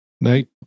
Night